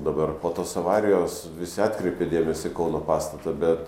dabar po tos avarijos visi atkreipė dėmesį į kauno pastatą bet